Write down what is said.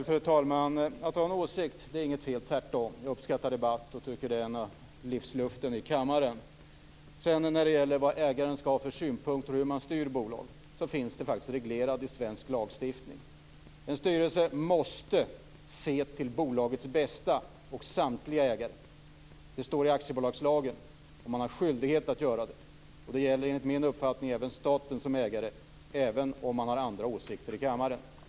Fru talman! Att ha en åsikt är inget fel, tvärtom. Jag uppskattar debatt och tycker att det är livsluften i kammaren. När det sedan gäller vad ägaren skall ha för synpunkter och hur man styr bolag så finns det faktiskt reglerat i svensk lagstiftning. En styrelse måste se till bolagets bästa och samtliga ägare. Det står i aktiebolagslagen, och man har skyldighet att göra det. Och det gäller enligt min uppfattning även staten som ägare, även om man har andra åsikter i kammaren.